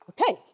okay